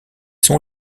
sont